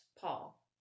Paul